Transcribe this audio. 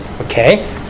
okay